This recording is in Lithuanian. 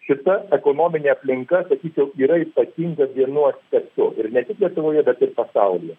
šita ekonominė aplinka sakyčiau yra ypatinga vienu aspektu ir ne tik lietuvoje bet ir pasaulyje